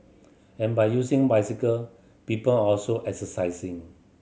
and by using bicycle people are also exercising